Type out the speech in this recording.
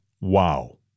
Wow